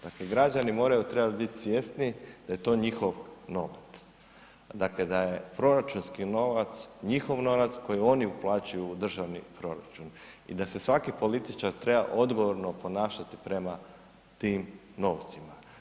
Dakle, građani moraju, trebaju biti svjesni da je to njihov novac, dakle da je proračunski novac njihovom novac koji oni uplaćuju u državni proračun i da se svaki političar treba odgovorno ponašati prema tim novcima.